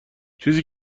چیزی